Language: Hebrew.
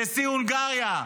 נשיא הונגריה.